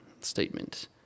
Statement